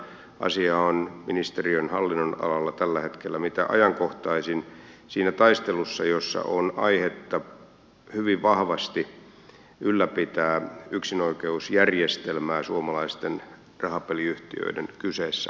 asia on ministeriön hallinnonalalla tällä hetkellä mitä ajankohtaisin siinä taistelussa jossa on aihetta hyvin vahvasti ylläpitää yksinoikeusjärjestelmää suomalaisten rahapeliyhtiöiden kyseessä ollen